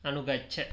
अनुगच्छ